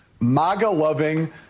MAGA-loving